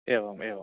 एवम् एवम्